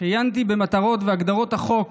כשעיינתי במטרות והגדרות החוק